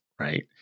right